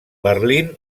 berlín